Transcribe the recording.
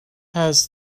has